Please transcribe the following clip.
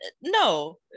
no